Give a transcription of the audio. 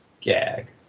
gag